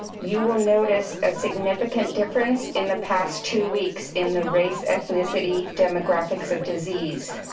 you will notice a significant difference in the past two weeks in the race, ethnicity, demographics of disease.